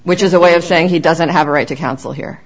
which is a way of saying he doesn't have a right to counsel here